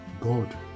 god